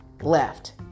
left